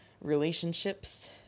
relationships